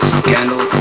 scandal